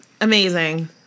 Amazing